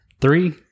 Three